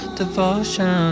devotion